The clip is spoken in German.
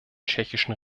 tschechischen